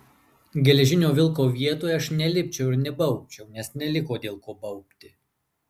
geležinio vilko vietoje aš nelipčiau ir nebaubčiau nes neliko dėl ko baubti